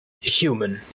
Human